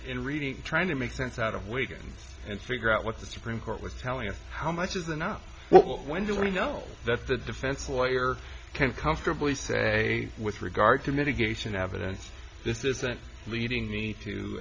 in reading trying to make sense out of way to figure out what the supreme court was telling us how much is there now when do we know that the defense lawyer can comfortably say with regard to mitigation evidence this isn't leading me to